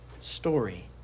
story